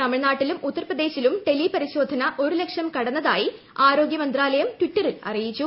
തമിഴ്നാട്ടിലും ഉത്തർപ്രദേശിലും ടെലി പരിശോധന ഒരു ലക്ഷം കടന്നതായി ആരോഗൃമന്ത്രാലയം ട്വിറ്ററിൽ അറിയിച്ചു